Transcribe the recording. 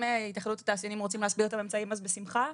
אם התאחדות התעשיינים רוצים להסביר את הממצאים אז בשמחה.